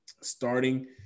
starting